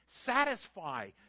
satisfy